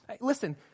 listen